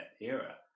era